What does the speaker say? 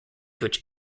which